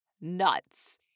nuts